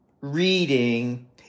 reading